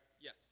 Yes